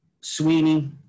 Sweeney